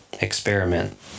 experiment